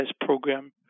program